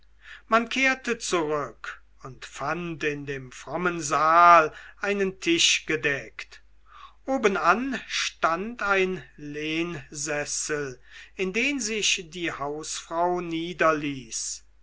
man kehrte zurück und fand in dem frommen saal einen tisch gedeckt obenan stand ein lehnsessel in den sich die hausfrau niederließ